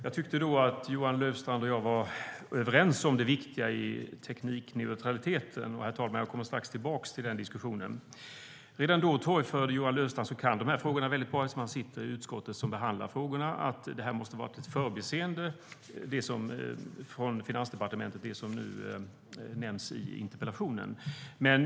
Jag tyckte då att Johan Löfstrand och jag var överens om det viktiga i teknikneutraliteten, och, herr talman, jag kommer strax tillbaka till den diskussionen. Redan då torgförde Johan Löfstrand, som kan dessa frågor bra eftersom han sitter i det utskott som behandlar dem, att det som nu nämns i interpellationen måste ha varit ett förbiseende från Finansdepartementet.